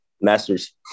Masters